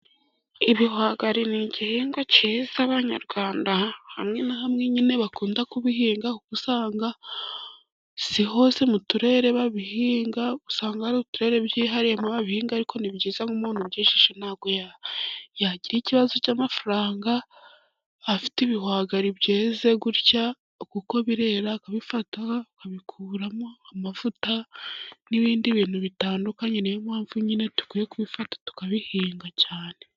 Ibihwagari ni igihingwa cyiza Abanyarwanda hamwe na hamwe nyine bakunda kubihinga, kuko usanga si hose mu turere babihinga usanga hari uturere byihariyemo, babihinga ariko ni byiza nk'umuntu ubyejeje ntabwo yagira ikibazo cy'amafaranga afite ibihwagari byeze gutya, kuko birera akabifata akabikuramo amavuta n'ibindi bintu bitandukanye, ni yo mpamvu nyine dukwiye kubifata tukabihinga cyane.